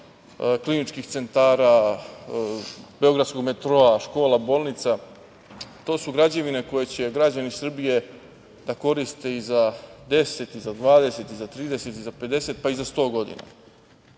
kliničkih centara, beogradskog metroa, škola, bolnica, to su građevine koje će građani Srbije da korist i za 10, i za 20, i za 30, za 50, pa i za 100 godina. To